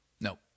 No